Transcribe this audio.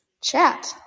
chat